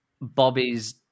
Bobby's